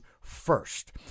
first